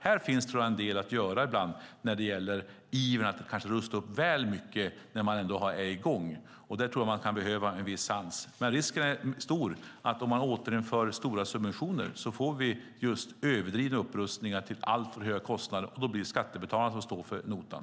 Här tror jag att det finns del att göra ibland, när det gäller ivern att rusta upp väl mycket när man ändå är i gång. Där tror jag att man kan behöva en viss sans. Risken är dock stor att vi om vi återinför stora subventioner får just överdrivna upprustningar till alltför höga kostnader, och då blir det skattebetalarna som står för notan.